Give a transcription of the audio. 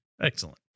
Excellent